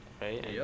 right